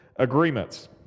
Agreements